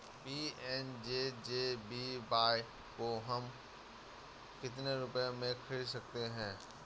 PMJJBY को हम कितने रुपयों में खरीद सकते हैं?